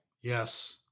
Yes